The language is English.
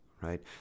right